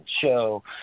show